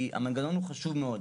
המנגנון הוא חשוב מאוד.